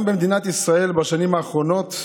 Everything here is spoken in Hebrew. גם במדינת ישראל, בשנים האחרונות,